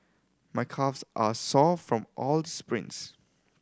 my calves are sore from all the sprints